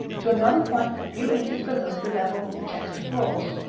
to another point a few inches below the level of the chest of drawers.